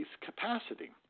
capacity